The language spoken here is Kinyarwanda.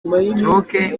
stroke